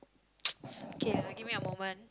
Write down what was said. okay ah give me a moment